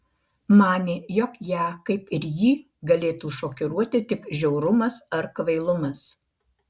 manė jog ją kaip ir jį galėtų šokiruoti tik žiaurumas ar kvailumas